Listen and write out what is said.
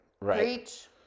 right